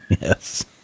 yes